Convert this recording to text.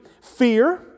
Fear